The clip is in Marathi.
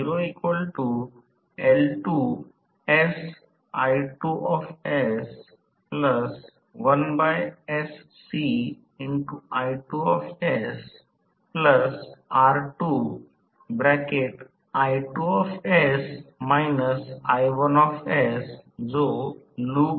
म्हणून जेव्हा मी हे दर्शवितो तेव्हा मला वाटते की पूर्णतेसाठी मला हे दर्शवावे लागेल म्हणूनच हे थोडेसे दर्शवित आहे परंतु मी हे स्पष्ट करीत नाही कारण या पहिल्या वर्षाच्या पातळीवर तेवढेच गरजेचे नाही